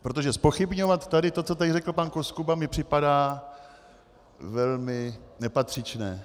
Protože zpochybňovat to, co tady řekl pan Koskuba, mi připadá velmi nepatřičné.